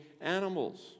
animals